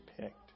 picked